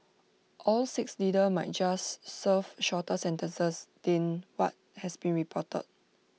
all six leaders might just serve shorter sentences than what has been reported